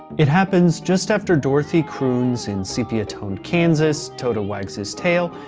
it happens just after dorothy croons in sepia-toned kansas, toto wags his tail,